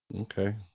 Okay